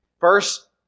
First